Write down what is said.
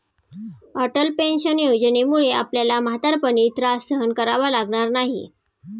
Atal pension योजनेमुळे आपल्याला म्हातारपणी त्रास सहन करावा लागणार नाही